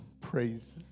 praises